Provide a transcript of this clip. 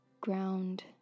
ground